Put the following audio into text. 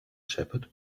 shepherd